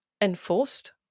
enforced